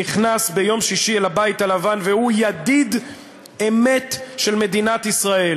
נכנס ביום שישי אל הבית הלבן והוא ידיד אמת של מדינת ישראל.